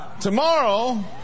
Tomorrow